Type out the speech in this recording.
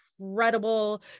incredible